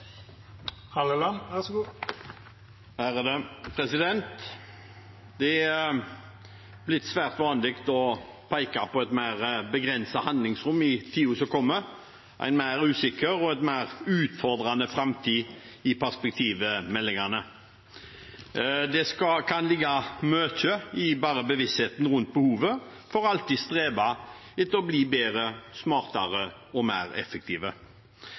Det er blitt svært vanlig å peke på et mer begrenset handlingsrom i tiden som kommer, en mer usikker og en mer utfordrende framtid i perspektivmeldingene. Det kan ligge mye i bare bevisstheten rundt behovet for alltid å strebe etter å bli bedre, smartere og mer